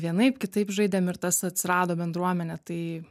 vienaip kitaip žaidėm ir tas atsirado bendruomenė tai